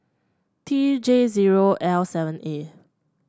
T J zero L seven A